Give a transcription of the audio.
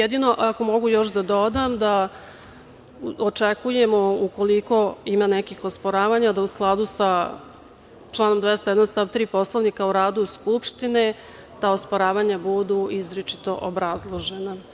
Ako mogu još da dodam da očekujemo, ukoliko ima nekih osporavanja, da u skladu sa članom 201. stav 3. Poslovnika o radu Narodne skupštine, ta osporavanja budu izričito obrazložena.